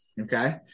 okay